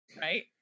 right